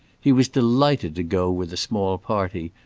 he was delighted to go with a small party,